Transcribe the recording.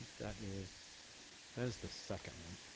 that is that is the second one,